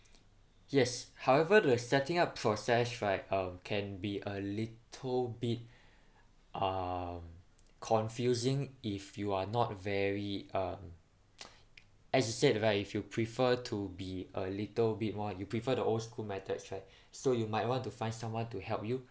yes however the setting up for such right um can be a little bit uh confusing if you are not very uh as an advise if you prefer to be a little bit more you prefer the old school methods right so you might want to find someone to help you